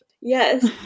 yes